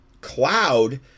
cloud